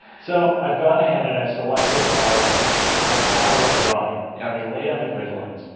so i've gone ahead and i've selected our our tower of drawing, and we lay down the grid lines.